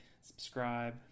subscribe